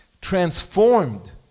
transformed